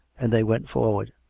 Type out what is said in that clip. and they went forward.